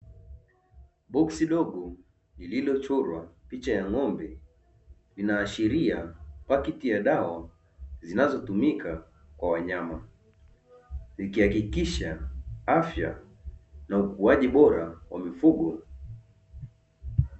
Boksi dogo lililochorwa picha ya ng’ombe inaashiria paketi ya dawa zinazotumika kwa wanyama, ikihakikisha afya na ukuaji bora wa mifugo.